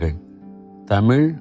Tamil